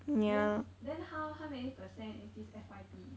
then then how many percent is this F_Y_P